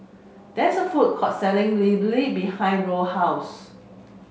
there is a food court selling Idili behind Roe house